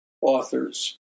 authors